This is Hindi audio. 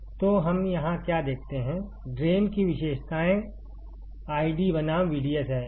तो हम यहां क्या देखते हैं ड्रेन की विशेषताएँ आईडी बनाम VDS है